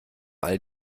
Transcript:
all